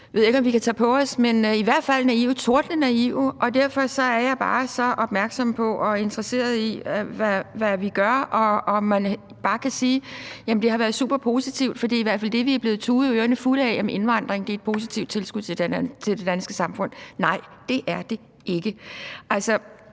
ved jeg ikke om vi kan tage på os, men vi er i hvert fald naive – tordnende naive. Og derfor er jeg bare så opmærksom på og interesseret i, hvad vi gør, og om man bare kan sige, at det har været super positivt, for det er i hvert fald det, vi er blevet tudet ørerne fulde af, altså at indvandringen er et positivt tilskud til det danske samfund. Nej, det er den ikke. Det